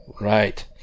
Right